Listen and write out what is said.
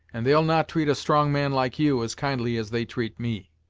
and they'll not treat a strong man like you as kindly as they treat me.